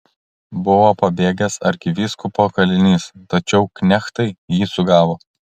buvo pabėgęs arkivyskupo kalinys tačiau knechtai jį sugavo